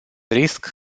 risc